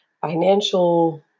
financial